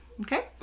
Okay